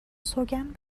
سوگند